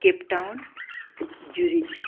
Cape Town Zurich